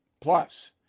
Plus